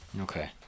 Okay